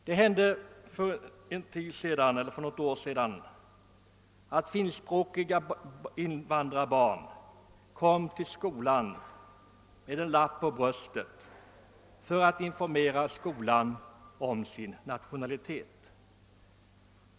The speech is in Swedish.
Det hände för något år sedan att finskspråkiga invandrarbarn kom till skolan med en lapp på bröstet för att informera skolan om sin nationalitet.